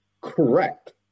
Correct